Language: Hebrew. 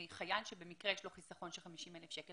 חייל שבמקרה יש לו חסכון של 50,000 שקלים,